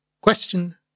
Question